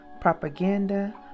propaganda